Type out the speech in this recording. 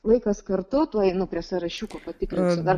laikas kartu tuoj einu prie sąrašiuko patikrinsiu dar kartą